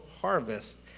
harvest